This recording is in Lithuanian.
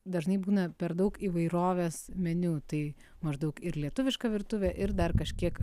dažnai būna per daug įvairovės meniu tai maždaug ir lietuviška virtuvė ir dar kažkiek